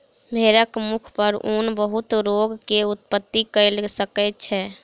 भेड़क मुख पर ऊन बहुत रोग के उत्पत्ति कय सकै छै